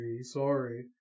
sorry